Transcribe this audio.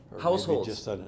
households